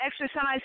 exercise